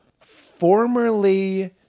formerly